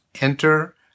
Enter